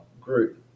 group